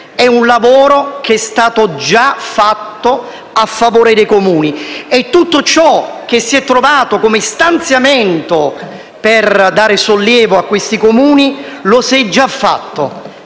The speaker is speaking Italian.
è un lavoro che è stato già fatto a favore dei Comuni e che tutto ciò per cui si è trovato uno stanziamento, al fine di dare sollievo a questi Comuni, lo si è già fatto.